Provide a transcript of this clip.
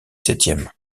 septième